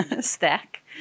stack